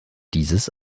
dieses